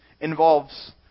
involves